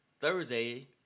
Thursday